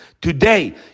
Today